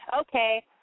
okay